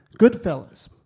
Goodfellas